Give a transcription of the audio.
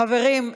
חברים,